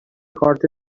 کارت